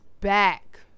back